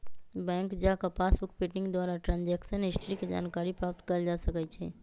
bank जा कऽ passbook printing द्वारा ट्रांजैक्शन हिस्ट्री के जानकारी प्राप्त कएल जा सकइ छै